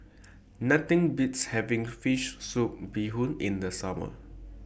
Nothing Beats having Fish Soup Bee Hoon in The Summer